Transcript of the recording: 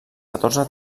catorze